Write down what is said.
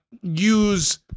use